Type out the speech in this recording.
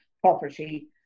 property